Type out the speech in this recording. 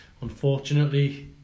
unfortunately